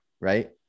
Right